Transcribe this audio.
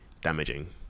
damaging